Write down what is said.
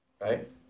Right